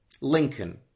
Lincoln